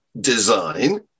design